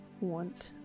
want